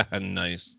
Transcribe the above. Nice